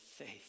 faith